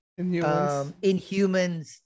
Inhumans